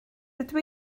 rydw